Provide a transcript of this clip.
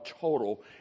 total